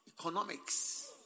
economics